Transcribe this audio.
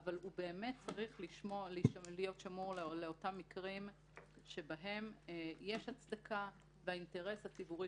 אבל הוא באמת צריך להיות שמור לאותם מקרים שבהם יש הצדקה והאינטרס הציבורי